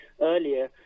earlier